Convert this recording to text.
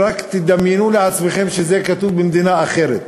ורק תדמיינו לעצמכם שזה כתוב במדינה אחרת.